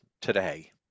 today